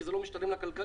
כי זה לא משתלם לה כלכלית,